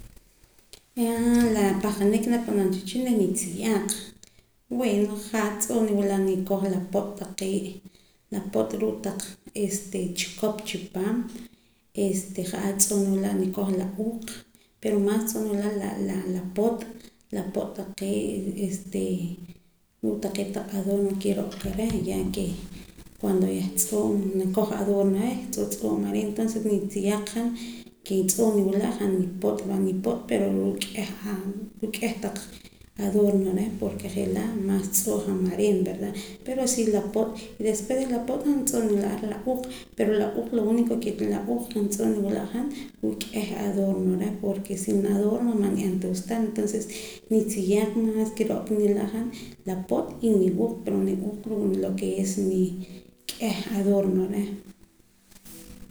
La pahqanik ke nakab'anam cha wehchin reh nitziyaq bueno jaa tz'oo' niwla' nikoj la po't taqee' la po't ruu' taq chikop kipaam este ja'ar tz'oo' niwila' nikoj la uuq' pero maas tz'oo' nwila' la po't la pot taqee' este ruu' taqee' taq adorno kiro'ka reh ya ke cuando yah tz'oo' nakoj adorno reh yah tz'oo' tz'oo' mareen entonces nitziyaaq han ke tz'oo' niwula' han re' nipo't va nipo't pero ruu' k'ieh adorno ruu' k'ieh taq adorno reh porke je' laa' maas tz'oo' han mareen verda pero si la po't despues re' la po't han tz'oo' ar nwila' la uuq pero la uuq la unico ke la uuq han tz'oo' niwiila' han ruu' k'eh adorno porke sin adorno man nib'an ta gustar entonces ni tziyaaq maas kiro'ka nila' han la po't y niwuuq ruu' lo ke es k'ieh adorno reh